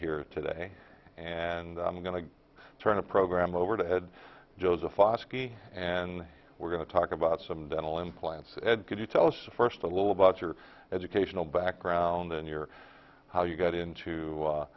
here today and i'm going to turn a program over to ed joseph osby and we're going to talk about some dental implants ed could you tell us first a little about your educational background and your how you got into